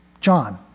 John